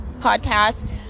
Podcast